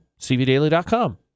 cvdaily.com